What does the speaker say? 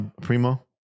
Primo